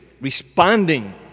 responding